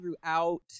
throughout